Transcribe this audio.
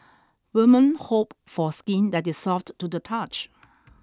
women hope for skin that is soft to the touch